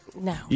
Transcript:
No